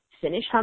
finish